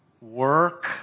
work